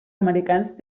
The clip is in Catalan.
americans